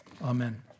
Amen